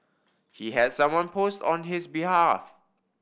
he had someone post on his behalf